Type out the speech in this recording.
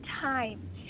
time